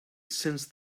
since